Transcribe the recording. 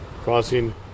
crossing